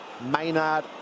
Maynard